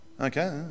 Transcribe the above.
Okay